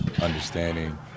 understanding